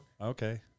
Okay